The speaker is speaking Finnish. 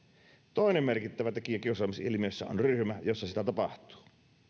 toinen merkittävä tekijä kiusaamisilmiössä on ryhmä jossa sitä tapahtuu